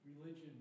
religion